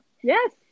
yes